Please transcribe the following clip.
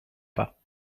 pas